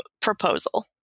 proposal